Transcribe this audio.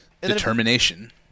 Determination